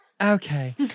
Okay